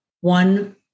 one